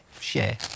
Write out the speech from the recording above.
share